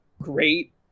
great